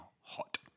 hot